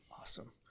Awesome